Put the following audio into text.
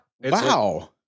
Wow